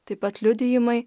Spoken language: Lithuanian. taip pat liudijimai